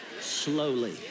slowly